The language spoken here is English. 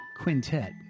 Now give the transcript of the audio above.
Quintet